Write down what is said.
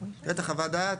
צריך חוות דעת,